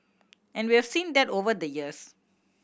and we've seen that over the years